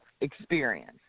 experience